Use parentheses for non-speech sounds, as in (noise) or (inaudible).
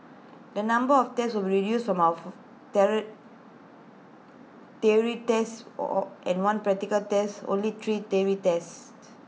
the number of tests will be reduced from of (unintelligible) theory tests or or and one practical test only three theory tests